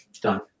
Done